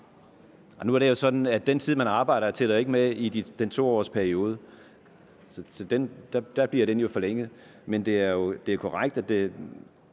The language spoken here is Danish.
Nu er det sådan, at den tid, man arbejder, ikke tæller med i 2-årsperioden, så der bliver den jo forlænget. Men det er korrekt, at det,